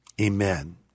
Amen